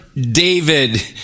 David